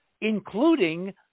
including